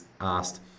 asked